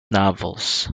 novels